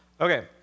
Okay